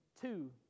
two